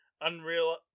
Unreal